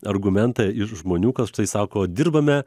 argumentą iš žmonių kad štai sako dirbame